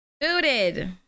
Booted